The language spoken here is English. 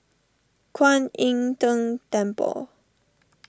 Kwan Im Tng Temple